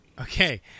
Okay